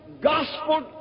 gospel